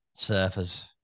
surfers